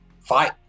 fight